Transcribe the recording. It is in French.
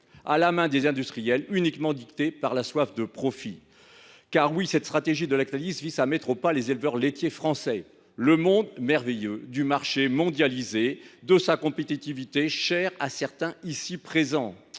à la main des industriels et dictée par leur seule soif de profit. Car oui, cette stratégie de Lactalis vise à mettre au pas les éleveurs laitiers français. Voilà le monde merveilleux du marché mondialisé et de sa compétitivité, si chers à certains dans